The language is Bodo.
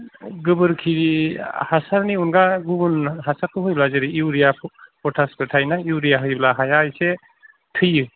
गोबोरखि हासारनि अनगा गुबुन हासारखौ होब्ला जेरै इउरिया फथासबो थायो ना इउरिया होयोब्ला हाया इसे थैयो